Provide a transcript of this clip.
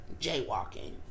jaywalking